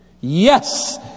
Yes